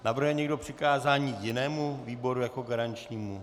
Navrhuje někdo přikázání jinému výboru jako garančnímu?